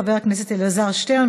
חבר הכנסת שטרן,